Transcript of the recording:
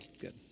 Good